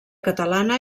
catalana